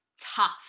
tough